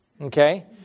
Okay